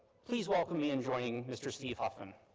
please welcome me in joining mr. steve huffman.